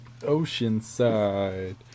Oceanside